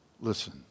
Listen